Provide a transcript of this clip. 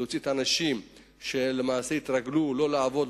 להוציא אנשים שלמעשה התרגלו לא לעבוד,